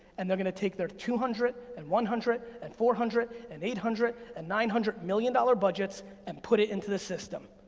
and they're gonna take their two hundred and one hundred and four hundred and eight hundred and nine hundred million dollar budgets and put it into the system,